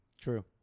True